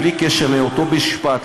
בלי קשר לאותו משפט,